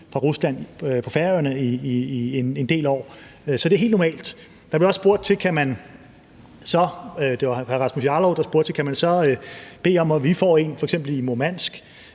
fra Rusland på Færøerne i en del år, så det er helt normalt. Der blev også spurgt, om vi så kan bede om at få en f.eks. i Murmansk.